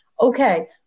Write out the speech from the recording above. okay